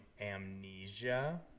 amnesia